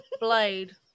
Blade